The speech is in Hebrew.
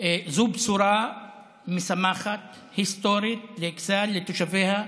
זו בשורה משמחת, היסטורית, לאכסאל ולתושביה.